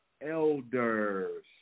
elders